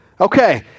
Okay